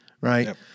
right